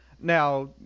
Now